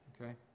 okay